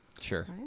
Sure